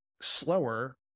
slower